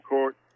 Court